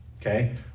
Okay